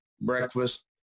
breakfast